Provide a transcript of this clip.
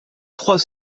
trois